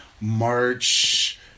March